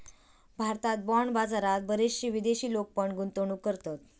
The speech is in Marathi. भारतात बाँड बाजारात बरेचशे विदेशी लोक पण गुंतवणूक करतत